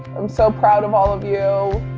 i'm so proud of all of you.